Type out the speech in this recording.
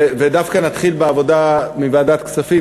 ודווקא נתחיל בעבודה בוועדת הכספים,